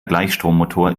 gleichstrommotor